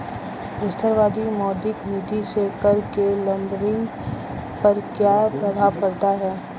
विस्तारवादी मौद्रिक नीति से कर के लेबलिंग पर क्या प्रभाव पड़ता है?